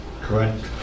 correct